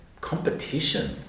competition